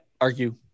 argue